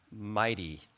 mighty